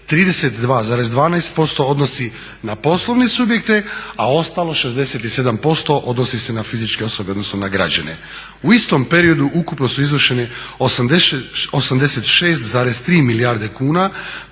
32,12% odnosi na poslovne subjekte a ostalo 67% odnosi se na fizičke osobe odnosno na građane. U istom periodu ukupno su izvršene 86,3 milijarde kuna